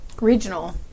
regional